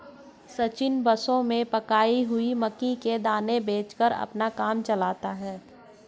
सचिन बसों में पकाई हुई मक्की के दाने बेचकर अपना काम चलाता है